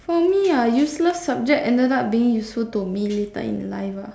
for me ah useless subject ended up being useful to me later in life ah